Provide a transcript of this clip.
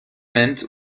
mint